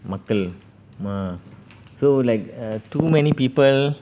மக்கள்:makkal so like err too many people